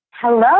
Hello